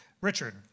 Richard